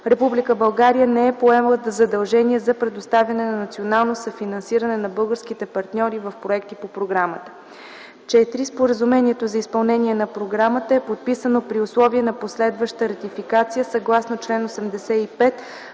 не е поела задължение за предоставяне на национално съфинансиране на българските партньори в проекти по програмата. IV. Споразумението за изпълнение на програма „ИНТЕРРЕГ IVC” е подписано при условие на последваща ратификация, съгласно чл. 85, ал.